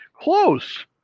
close